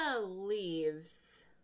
leaves